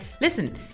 listen